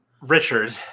Richard